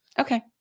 Okay